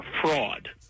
fraud